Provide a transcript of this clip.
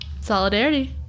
Solidarity